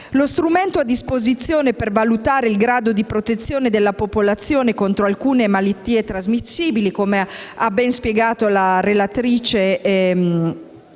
Lo strumento a disposizione per valutare il grado di protezione della popolazione contro alcune malattie trasmissibili, come ben spiegato la relatrice Manassero,